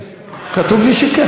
אני משיב,